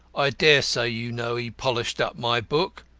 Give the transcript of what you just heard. i dare say you know he polished up my book?